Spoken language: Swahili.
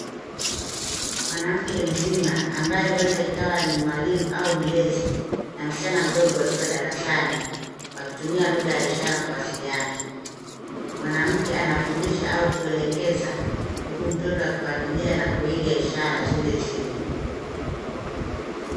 Mwanamke mzima ambaye huenda ikawa ni mwalimu au mlezi na maichana mdogo akiwa darasani wakitumia lugha ya ishara kuwasiliani. Mwanamke anafundisha au kuelekeza huku mtoto akifuatilia na kuiga ishara zilezile.